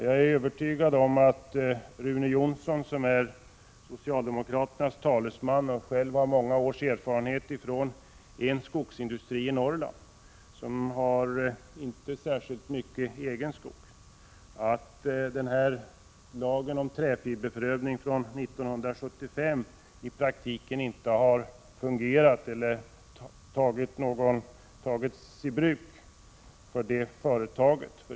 Jag är övertygad om att Rune Jonsson, som är socialdemokraternas talesman i denna debatt och själv har många års erfarenhet från en skogsindustri i Norrland som inte har särskilt mycket egen skog, är medveten om att lagen om träfiberprövning från 1975 i praktiken inte fungerat eller tagits i bruk när det gäller det företaget.